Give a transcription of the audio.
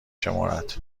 شمرد